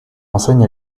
enseigne